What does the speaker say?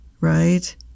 right